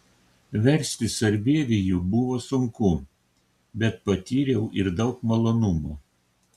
versti sarbievijų buvo sunku bet patyriau ir daug malonumo